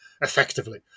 effectively